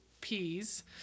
peas